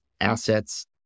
assets